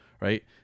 right